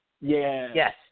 yes